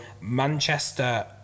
Manchester